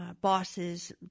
bosses